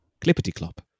Clippity-clop